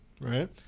right